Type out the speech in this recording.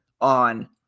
on